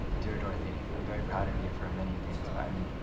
dear dorthy, i'm very proud of you for many things but i'm